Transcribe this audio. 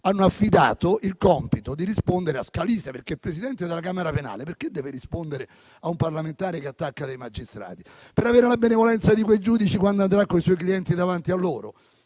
hanno affidato il compito di rispondere a Scalise. Perché il presidente della camera penale deve rispondere a un parlamentare che attacca dei magistrati? Per avere la benevolenza di quei giudici, quando andrà coi suoi clienti davanti a loro?